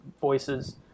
voices